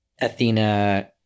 athena